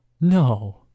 no